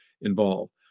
involved